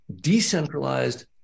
decentralized